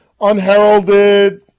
unheralded